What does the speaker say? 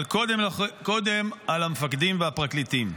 אבל קודם, על המפקדים והפרקליטים.